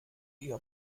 ihr